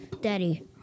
Daddy